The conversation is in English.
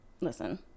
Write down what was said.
listen